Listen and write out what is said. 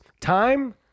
time